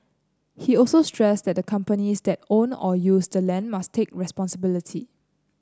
he also stressed that companies that own or use the land must take responsibility